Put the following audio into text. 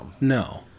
No